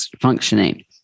functioning